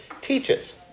teaches